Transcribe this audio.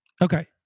Okay